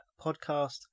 podcast